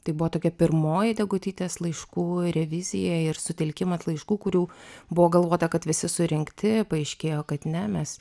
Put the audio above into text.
tai buvo tokia pirmoji degutytės laiškų revizija ir sutelkimas laiškų kurių buvo galvota kad visi surinkti paaiškėjo kad ne mes